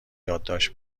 یادداشت